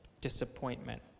disappointment